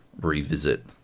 revisit